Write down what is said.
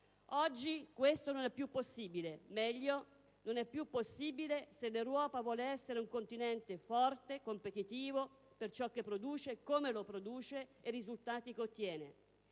Oggi questo non è più possibile o meglio non è più possibile se l'Europa vuole essere un continente forte e competitivo per ciò che produce, per come lo produce e per i risultati che ottiene.